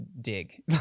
dig